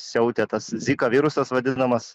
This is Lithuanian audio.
siautė tas zika virusas vadinamas